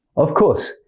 of course,